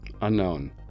Unknown